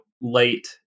late